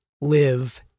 live